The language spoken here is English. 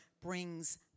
brings